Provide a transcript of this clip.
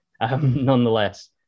Nonetheless